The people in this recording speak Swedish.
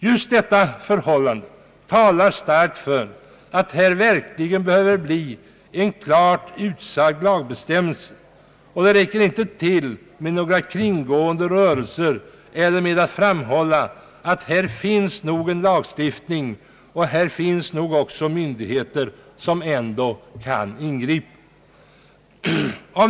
Just detta förhållande talar starkt för att här verkligen behövs en klar lagbestämmelse. Här räcker det inte till med några kringgående rörelser eller med ett påpekande att det nog finns en lagstiftning som är tillämplig och myndigheter som eventuellt kan ingripa.